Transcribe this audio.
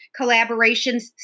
collaborations